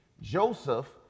Joseph